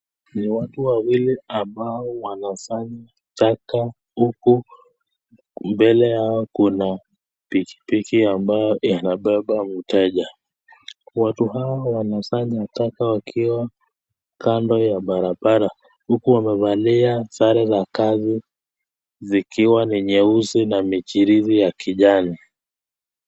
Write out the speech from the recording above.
Ni watu wawili ambao wanasanya taka huku mbele Yao Kuna pikipiki ambayo yanabeba mteja watu hao Wanasanya taka wakiwa kando ya barabara huku wamevalia sare za kazi zikiwa ni nyeusi na michirizi ya kijani.